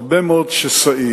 הרבה מאוד שסעים.